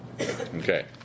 Okay